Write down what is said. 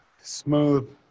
smooth